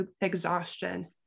exhaustion